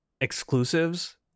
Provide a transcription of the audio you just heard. exclusives